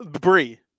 Brie